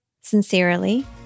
Sincerely